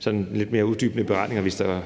sådan lidt mere uddybende beregninger,